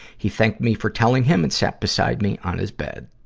he thanked me for telling him and sat beside me on his bed.